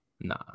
Nah